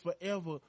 forever